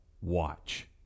watch